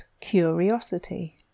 curiosity